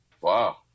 Wow